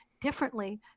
differently